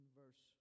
verse